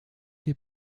die